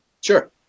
Sure